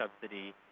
subsidy